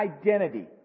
identity